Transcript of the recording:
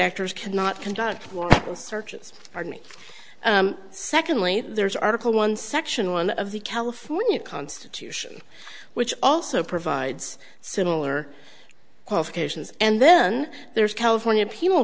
actors cannot conduct searches or me secondly there's article one section one of the california constitution which also provides similar qualifications and then there's california pe